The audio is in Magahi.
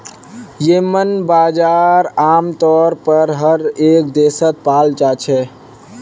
येम्मन बजार आमतौर पर हर एक देशत पाल जा छे